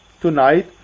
tonight